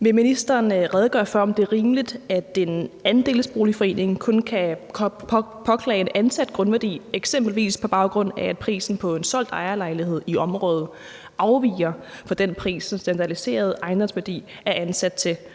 Vil ministeren redegøre for, om det er rimeligt, at en andelsboligforening kun kan påklage en ansat grundværdi eksempelvis på baggrund af, at prisen på en solgt ejerlejlighed i området afviger fra den pris, som den standardiserede ejendomsværdi er ansat til,